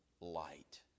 light